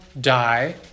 die